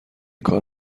کار